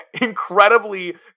incredibly